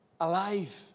alive